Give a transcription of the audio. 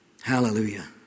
Hallelujah